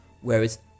whereas